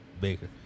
Baker